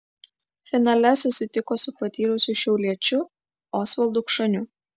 finale susitiko su patyrusiu šiauliečiu osvaldu kšaniu